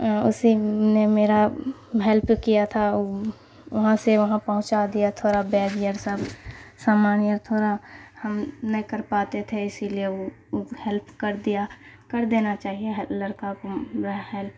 اسی نے میرا ہیلپ کیا تھا وہاں سے وہاں پہنچا دیا تھوڑا بیگ ایئر سب سامان ایئر تھوڑا ہم نہیں کر پاتے تھے اسی لیے وہ ہیلپ کر دیا کر دینا چاہیے لڑکا کو ہیلپ